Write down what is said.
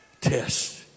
test